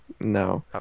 no